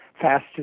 Faster